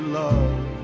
love